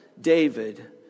David